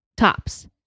tops